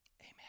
Amen